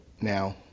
now